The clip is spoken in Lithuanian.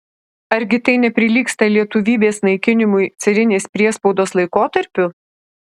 argi tai neprilygsta lietuvybės naikinimui carinės priespaudos laikotarpiu